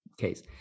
case